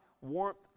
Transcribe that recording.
warmth